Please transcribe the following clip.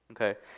okay